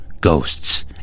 Ghosts